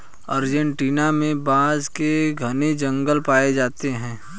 Argentina में बांस के घने जंगल पाए जाते हैं